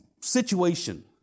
situation